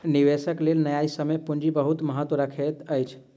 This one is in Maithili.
निवेशकक लेल न्यायसम्य पूंजी बहुत महत्त्व रखैत अछि